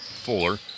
Fuller